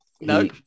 no